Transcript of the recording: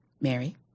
Mary